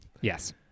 Yes